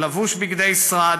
לבוש בגדי שרד,